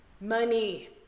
money